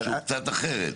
אז זה קצת אחרת.